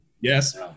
Yes